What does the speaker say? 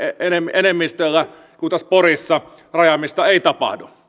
enemmistöllä kun taas porissa rajaamista ei tapahdu